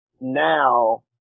now